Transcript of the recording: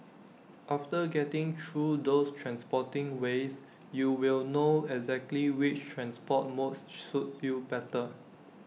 after getting through those transporting ways you will know exactly which transport modes suit you better